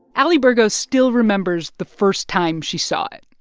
ali burgos still remembers the first time she saw it.